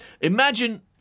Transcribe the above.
Imagine